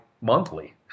monthly